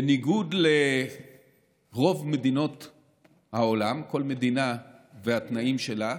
בניגוד לרוב מדינות העולם, וכל מדינה והתנאים שלה,